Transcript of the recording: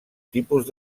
tipus